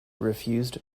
refused